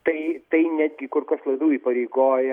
tai tai netgi kur kas labiau įpareigoja